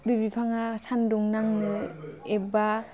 बे बिफाङा सान्दुं नांनो एबा